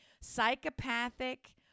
psychopathic